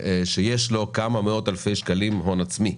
שיש לו כמה מאות אלפי שקלים הון עצמי.